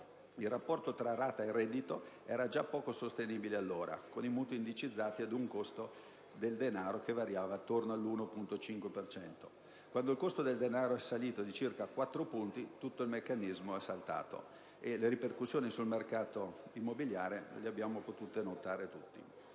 Il rapporto tra rata e reddito era già poco sostenibile allora, con i mutui indicizzati ad un costo del denaro che variava attorno all'1,5 per cento. Quando il costo del denaro è salito di circa quattro punti, tutto il meccanismo è saltato, e le ripercussioni sul mercato immobiliare le abbiamo potute notare tutti.